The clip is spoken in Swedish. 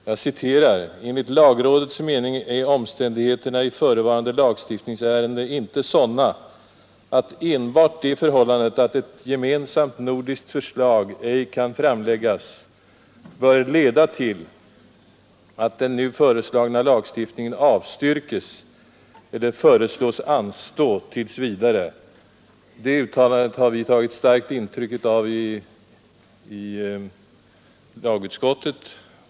Jag citerar: ”Enligt lagrådets mening är omständigheterna i förevarande lagstiftningsärende inte sådana att enbart det förhållandet att ett gemensamt nordiskt förslag ej kan framläggas bör leda till att den nu föreslagna lagstiftningen avstyrkes eller föreslås anstå tills vidare.” Det uttalandet har vi tagit intryck av i lagutskottet.